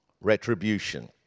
Retribution